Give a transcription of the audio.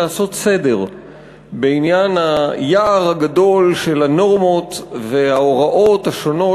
לעשות סדר בעניין היער הגדול של הנורמות וההוראות השונות